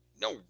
no